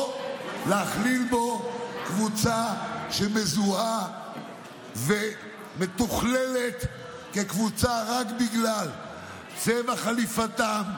או לכלול בו קבוצה שמזוהה ומתוכללת כקבוצה רק בגלל צבע חליפתם,